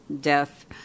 death